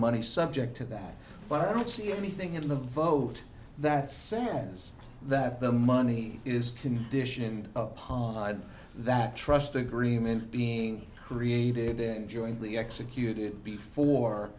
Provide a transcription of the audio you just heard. money subject to that but i don't see anything in the vote that sense that the money is conditioned upon that trust agreement being created then jointly executed before